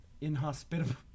inhospitable